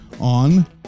on